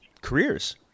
careers